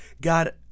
God